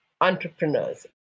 entrepreneurs